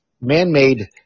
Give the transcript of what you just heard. man-made